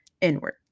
inward